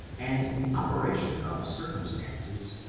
and the op eration of circumstances,